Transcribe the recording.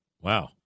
Wow